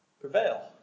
prevail